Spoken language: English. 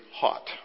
hot